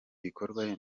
bikorwa